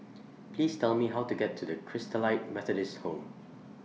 Please Tell Me How to get to The Christalite Methodist Home